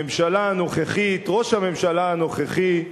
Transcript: הממשלה הנוכחית, ראש הממשלה הנוכחי,